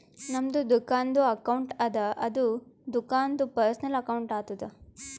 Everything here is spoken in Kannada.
ನಮ್ದು ದುಕಾನ್ದು ಅಕೌಂಟ್ ಅದ ಅದು ದುಕಾಂದು ಪರ್ಸನಲ್ ಅಕೌಂಟ್ ಆತುದ